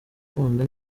gukunda